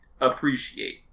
appreciate